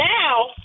now